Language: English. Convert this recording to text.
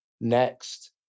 next